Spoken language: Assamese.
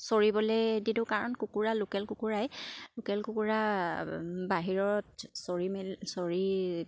চৰিবলে দি দিওঁ কাৰণ কুকুৰা লোকেল কুকুৰাই লোকেল কুকুৰা বাহিৰত চৰি মেলি চৰি